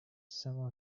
some